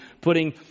putting